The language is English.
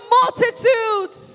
multitudes